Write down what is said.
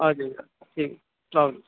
آ جائیے ٹھیک ہے سلام علیکم